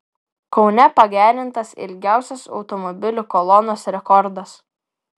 kaune pagerintas ilgiausios automobilių kolonos rekordas